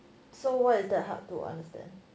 so what is that hard to understand